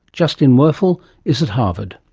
justin werfel is at harvard.